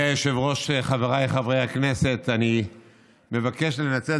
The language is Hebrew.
כך וכך, אני רוצה לומר